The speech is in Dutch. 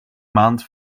maand